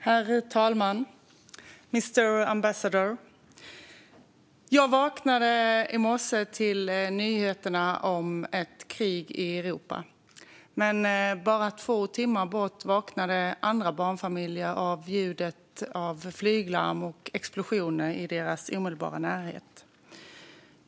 Herr talman! Mister Ambassador! Jag vaknade i morse till nyheterna om ett krig i Europa. Men bara två timmar bort vaknade andra barnfamiljer av ljudet av flyglarm och explosioner i deras omedelbara närhet.